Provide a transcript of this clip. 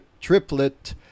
triplet